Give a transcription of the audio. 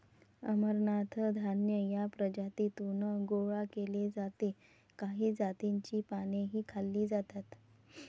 अमरनाथ धान्य या प्रजातीतून गोळा केले जाते काही जातींची पानेही खाल्ली जातात